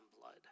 blood